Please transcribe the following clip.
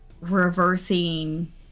reversing